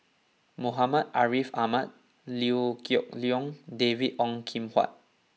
Muhammad Ariff Ahmad Liew Geok Leong David Ong Kim Huat